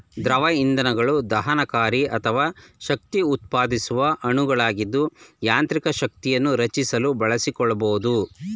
ದ್ರವ ಇಂಧನಗಳು ದಹನಕಾರಿ ಅಥವಾ ಶಕ್ತಿಉತ್ಪಾದಿಸುವ ಅಣುಗಳಾಗಿದ್ದು ಯಾಂತ್ರಿಕ ಶಕ್ತಿಯನ್ನು ರಚಿಸಲು ಬಳಸಿಕೊಳ್ಬೋದು